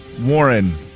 Warren